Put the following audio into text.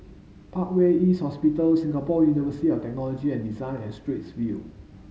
Parkway East Hospital Singapore University of Technology and Design and Straits View